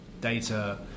data